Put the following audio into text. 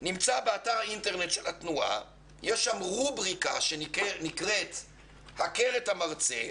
באתר האינטרנט של התנועה יש רובריקה שנקראת "הכר את המרצה",